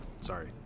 Sorry